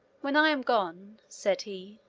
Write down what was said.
when i am gone, said he,